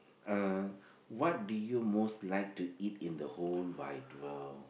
uh what do you most like to eat in the whole wide world